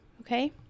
okay